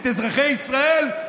את אזרחי ישראל?